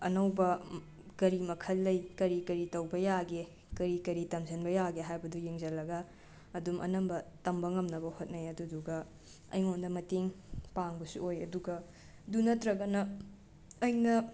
ꯑꯅꯧꯕ ꯀꯔꯤ ꯃꯈꯜ ꯂꯩ ꯀꯔꯤ ꯀꯔꯤ ꯇꯧꯕ ꯌꯥꯒꯦ ꯀꯔꯤ ꯀꯔꯤ ꯇꯝꯁꯤꯟꯕ ꯌꯥꯒꯦ ꯍꯥꯏꯕꯗꯨ ꯌꯦꯡꯁꯤꯜꯂꯒ ꯑꯗꯨꯝ ꯑꯅꯝꯕ ꯇꯝꯕ ꯉꯝꯅꯕ ꯍꯣꯠꯅꯩ ꯑꯗꯨꯗꯨꯒ ꯑꯩꯉꯣꯟꯗ ꯃꯇꯦꯡ ꯄꯥꯡꯕꯁꯨ ꯑꯣꯏ ꯑꯗꯨꯒ ꯑꯗꯨ ꯅꯠꯇ꯭ꯔꯒꯅ ꯑꯩꯅ